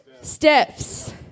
steps